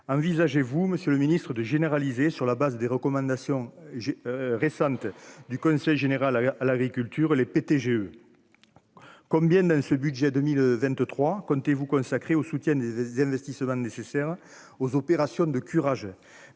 envisagez-vous, Monsieur le Ministre, de généraliser sur la base des recommandations j'ai récente du Conseil général à à l'agriculture, les péter GE combien dans ce budget 2023, comptez-vous consacré au soutien des investissements nécessaires aux opérations de curage